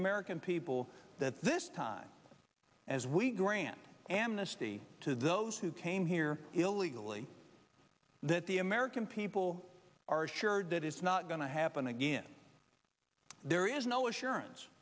american people that this time as we grant amnesty to those who came here illegally that the american people are assured that it's not going to happen again there is no assurance